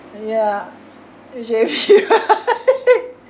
ya usually right